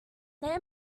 their